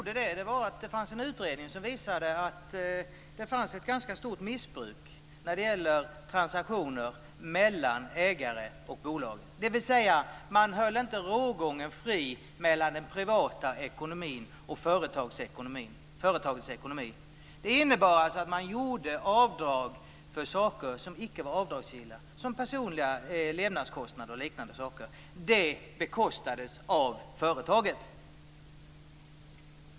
Det fanns en utredning som visade att det fanns ett stort missbruk när det gäller transaktioner mellan ägare och bolag, dvs. man höll inte rågången fri mellan den privata ekonomin och företagets ekonomi. Det innebar att man gjorde avdrag för saker som icke var avdragsgilla, t.ex. personliga levnadskostnader. De bekostades av företaget.